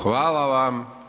Hvala vam.